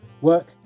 work